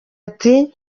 ati